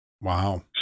Wow